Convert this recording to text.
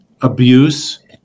abuse